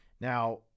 Now